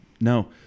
no